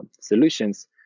solutions